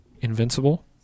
Invincible